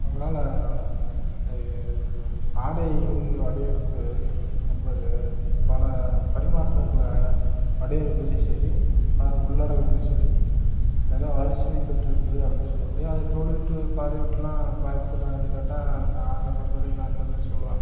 அவங்கனால எ ஆடை வடிவமைப்பு என்பது பல பரிமாற்றங்களை வடிவமைப்பிலையும் சரி அதன் உள்ளடக்கத்திலையும் சரி மெகா வளர்ச்சியை பெற்றிருக்குது அப்படின்னு சொல்ல முடியும் அதே டோலிவுட்டு பாலிவுட்டுலாம் பாதித்துள்ளதானு கேட்டா நா என்னப் பொருத்த வரைக்கும் நா இந்தமேரி சொல்லுவேன்